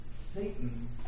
Satan